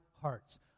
hearts